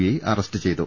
I arrest ചെയ്തു